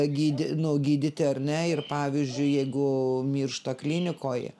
gydy nu gydyti ar ne ir pavyzdžiui jeigu miršta klinikoj